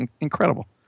incredible